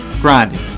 grinding